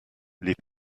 les